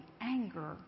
anger